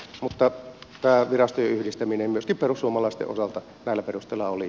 mutta tämä virastojen yhdistäminen myöskin perussuomalaisten osalta näillä perusteilla oli